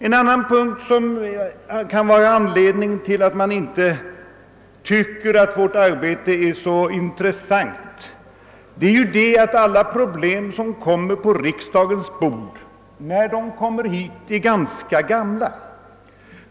En annan sak som kan vara en anledning till att man inte tycker att vårt arbete är så intressant är att alla problem som läggs på riksdagens bord är ganska gamla redan när de kommer hit.